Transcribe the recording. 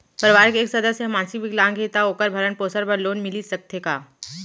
परवार के एक सदस्य हा मानसिक विकलांग हे त का वोकर भरण पोषण बर लोन मिलिस सकथे का?